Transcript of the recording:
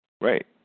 Right